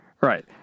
Right